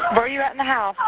are you at in the house?